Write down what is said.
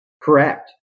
Correct